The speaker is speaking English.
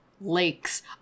lakes